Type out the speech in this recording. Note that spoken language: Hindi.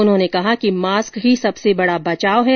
उन्होंने कहा कि मास्क ही सबसे बड़ा बचाव है